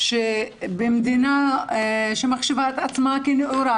שבמדינה שמחזיקה את עצמה כנאורה,